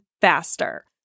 faster